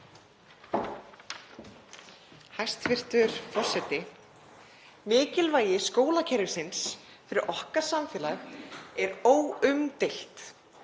Hæstv. forseti. Mikilvægi skólakerfisins fyrir okkar samfélag er óumdeilt.